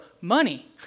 Money